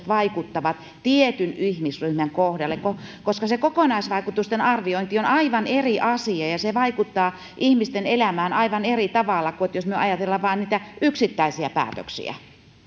vaikuttavat tietyn ihmisryhmän kohdalle koska se kokonaisvaikutusten arviointi on aivan eri asia ja se vaikuttaa ihmisten elämään aivan eri tavalla kuin se jos me ajattelemme vain niitä yksittäisiä päätöksiä